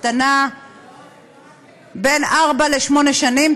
קטנה בארבע עד שמונה שנים,